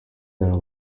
there